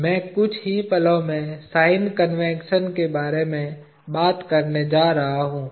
मैं कुछ ही पलो में साइन कन्वेंशन के बारे में बात करने जा रहा हूं